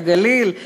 לגליל,